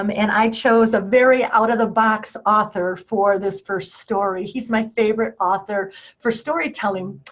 um and i chose a very out of the box author for this first story. he's my favorite author for storytelling,